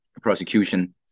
prosecution